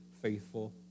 faithful